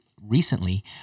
recently